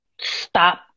stop